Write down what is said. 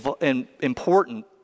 important